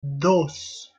dos